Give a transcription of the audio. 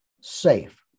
safe